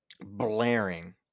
blaring